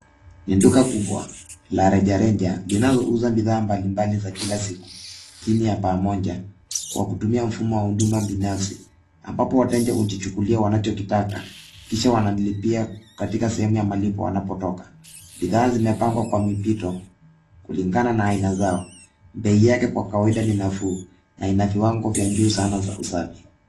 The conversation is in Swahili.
Ni duka kubwa la rejareja linalouza bidhaa mbalimbali za kila siku chini ya baa moja kwa kutumia mfumo wa huduma binafsi ambapo wateja hujichukulia wanachokitaka kisha wanalipia katika sehemu ya malipo wanapotoka. Bidhaa zimepangwa kwa mipito kulingana na aina zao. Bei yake kwa kawaida ni nafuu na ina kiwango cha juu sana vya usafi.